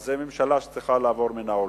אז זו ממשלה שצריכה לעבור מן העולם.